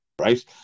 right